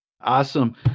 Awesome